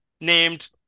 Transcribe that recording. named